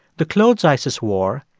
the clothes isis wore,